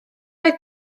oedd